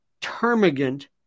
termagant